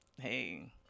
Hey